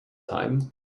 time